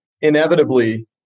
inevitably